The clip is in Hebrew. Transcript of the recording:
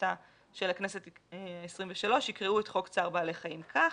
כהונתה של הכנסת ה-23 יקראו את חוק צער בעלי חיים כך"